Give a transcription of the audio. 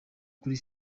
kuri